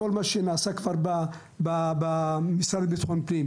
כל מה שכבר נעשה במשרד לביטחון הפנים,